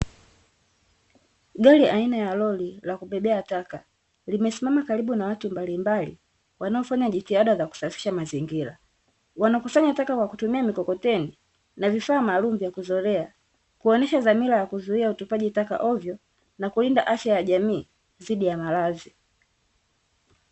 Gari aina ya lori la kubebea taka limesimama karibu na watu mbalimbali wanaofanya jitihada za kusafisha mazingira, wanakusanya taka kwa kutumia mikokoteni na vifaa maalum vya kuzolea kuonesha dhamira ya kuzuia utupaji taka ovyo na kulinda afya ya jamii dhidi ya maradhi.